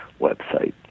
website